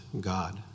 God